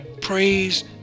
Praise